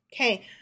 Okay